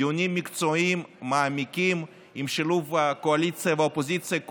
דיונים מקצועיים ומעמיקים בשילוב הקואליציה והאופוזיציה,